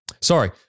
sorry